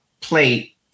plate